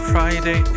Friday